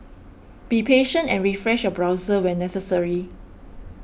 be patient and refresh your browser when necessary